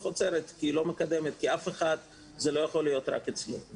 עוצרת ולא מקדמת כי זה לא יכול להיות רק אצל מישהו אחד.